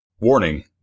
Warning